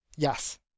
Yes